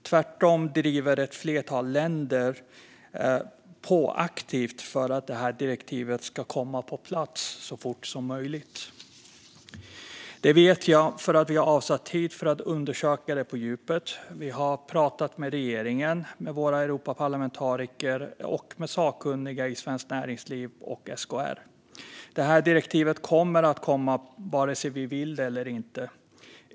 Tvärtom driver ett flertal länder aktivt på för att direktivet ska komma på plats så fort som möjligt. Det vet jag eftersom vi har avsatt tid för att undersöka det på djupet. Vi har pratat med regeringen, med våra europaparlamentariker och med sakkunniga i svenskt näringsliv och SKR. Det här direktivet kommer, vare sig vi vill eller inte.